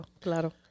claro